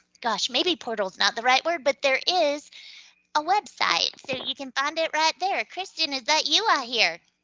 gosh, maybe portal's not the right word, but there is a website. so you can find it right there. krysten, is that you i hear?